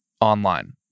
online